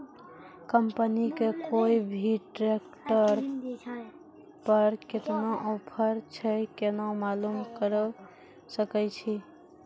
Company के कोय भी ट्रेक्टर पर केतना ऑफर छै केना मालूम करऽ सके छियै?